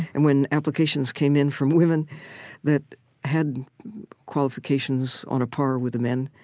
and when applications came in from women that had qualifications on a par with the men,